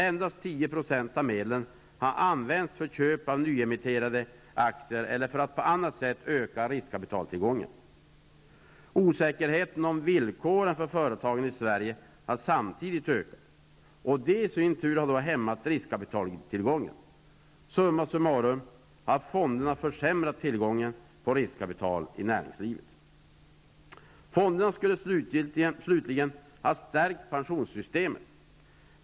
Endast 10 % av medlen har använts för köp av nyemitterade aktier eller för att på annat sätta öka riskkapitaltillgången. Osäkerheten om villkoren för företagande i Sverige har samtidigt ökat. Det i sin tur har hämmat riskkapitaltillgången. Summa summarum har fonderna försämrat tillgången på riskkapital i näringslivet. Fonderna skulle slutligen ha stärkt pensionssystemet.